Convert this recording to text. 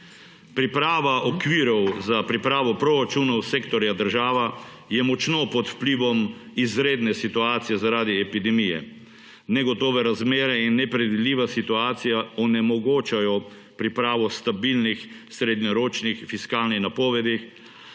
Priprava okvirov za pripravo proračunov sektorja država je močno pod vplivom izredne situacije zaradi epidemije. Negotove razmere in nepredvidljiva situacija onemogočajo pripravo stabilnih srednjeročnih fiskalnih napovedi,